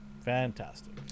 Fantastic